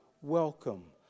welcome